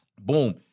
boom